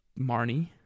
Marnie